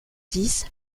dix